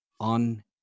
on